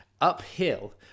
uphill